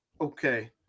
okay